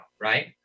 right